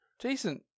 Jason